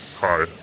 Hi